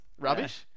Rubbish